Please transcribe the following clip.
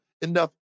enough